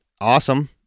awesome